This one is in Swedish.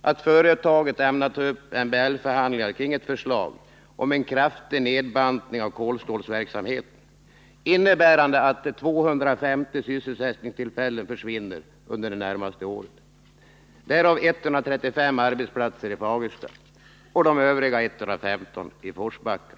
att företaget ämnar ta upp MBL-förhandlingar kring ett förslag om en kraftig nedbantning av kolstålsverksamheten, innebärande att 250 sysselsättningstillfällen försvinner under det närmaste året, därav 135 arbetsplatser i Fagersta och de övriga 115 i Forsbacka.